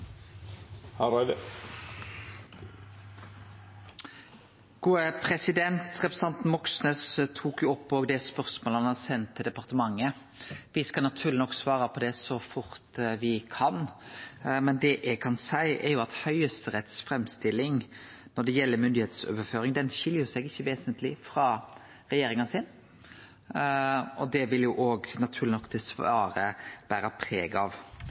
Representanten Moxnes tok òg opp det spørsmålet han har sendt til departementet. Me skal naturleg nok svare på det så fort me kan, men det eg kan seie, er at Høgsterett si framstilling når det gjeld myndigheitsoverføring, ikkje skil seg vesentleg frå regjeringa si framstilling, og det vil naturleg nok svaret bere preg av.